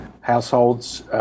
households